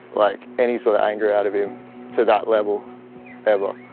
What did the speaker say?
like any sort of anger out of him to that level ever.